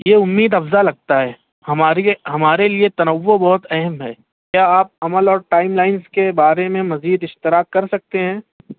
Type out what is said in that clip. یہ امید افزا لگتا ہے ہماری ہمارے لیے تنوع بہت اہم ہے کیا آپ عمل اور ٹائم لائنز کے بارے میں مزید اشتراک کر سکتے ہیں